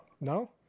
No